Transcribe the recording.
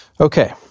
Okay